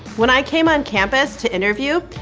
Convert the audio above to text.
when i came on campus to interview,